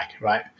right